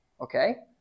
Okay